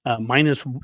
Minus